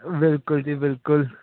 ਬਿਲਕੁਲ ਜੀ ਬਿਲਕੁਲ